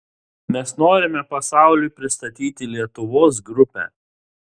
mes norime pasauliui pristatyti lietuvos grupę